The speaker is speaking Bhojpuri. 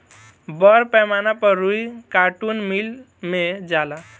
बड़ पैमाना पर रुई कार्टुन मिल मे जाला